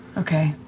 okay.